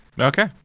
Okay